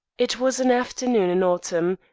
it was an afternoon in autumn,